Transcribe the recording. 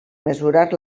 mesurar